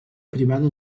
privada